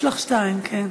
יש לך שתיים, כן.